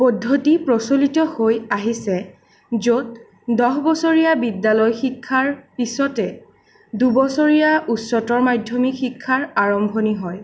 পদ্ধতি প্ৰচলিত হৈ আহিছে য'ত দহবছৰীয়া বিদ্যালয় শিক্ষাৰ পিছতে দুবছৰীয়া উচ্চতৰ মাধ্যমিক শিক্ষাৰ আৰম্ভণি হয়